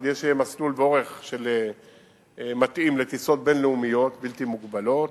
כדי שיהיה מסלול באורך מתאים לטיסות בין-לאומיות בלתי מוגבלות,